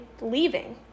leaving